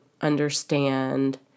understand